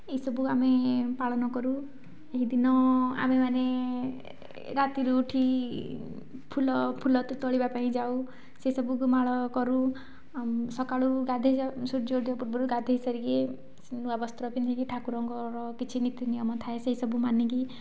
ଏହିସବୁ ଆମେ ପାଳନକରୁ ଏହିଦିନ ଆମେମାନେ ରାତିରୁ ଉଠି ଫୁଲ ଫୁଲ ତୋଳିବା ପାଇଁ ଯାଉ ସେସବୁକୁ ମାଳ କରୁ ଆଉ ସକାଳୁ ଗାଧୋଇ ଯାଉ ସୂର୍ଯ୍ୟ ଉଦୟ ପୂର୍ବରୁ ଗାଧୋଇ ସାରିକି ନୂଆ ବସ୍ତ୍ର ପିନ୍ଧିକି ଠାକୁରଙ୍କର କିଛି ନୀତିନିୟମ ଥାଏ ସେସବୁ ମାନିକି